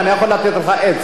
הרב גפני, אני יכול לתת לך עצה?